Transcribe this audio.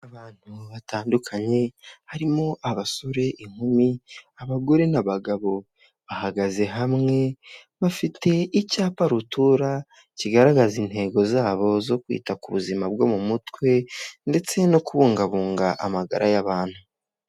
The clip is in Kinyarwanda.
Abantu batandukanye harimo abasore, inkumi, abagore n'abagabo bahagaze hamwe bafite icyapa rutura, kigaragaza intego zabo zo kwita ku buzima bwo mu mutwe ndetse no kubungabunga amagara y'abantu.